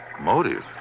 Motive